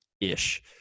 ish